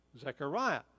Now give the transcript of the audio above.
Zechariah